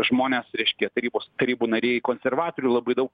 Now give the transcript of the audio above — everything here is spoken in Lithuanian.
žmonės reiškia tarybos tarybų nariai konservatorių labai daug